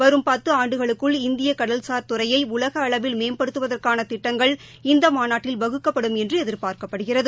வரும் பத்து ஆண்டுகளுக்குள் இந்திய கடல்சார் துறையை உலக அளவில் மேம்படுத்துவதற்கான திட்டங்கள் இந்த மாநாட்டில் வகுக்கப்படும் என்று எதிர்பார்க்கப்படுகிறது